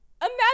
Imagine